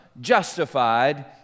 justified